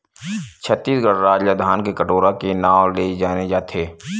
छत्तीसगढ़ राज ल धान के कटोरा के नांव ले जाने जाथे